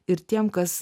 ir tiem kas